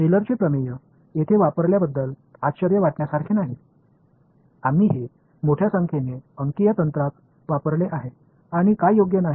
टेलरचे प्रमेय येथे वापरल्याबद्दल आश्चर्य वाटल्यासारखे नाही आम्ही हे मोठ्या संख्येने अंकीय तंत्रात वापरले आहे आणि काय योग्य नाही